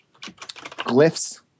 Glyphs